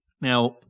Now